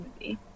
movie